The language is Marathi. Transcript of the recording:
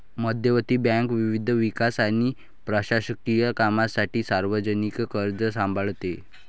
मध्यवर्ती बँक विविध विकास आणि प्रशासकीय कामांसाठी सार्वजनिक कर्ज सांभाळते